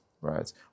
right